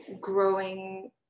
growing